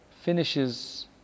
finishes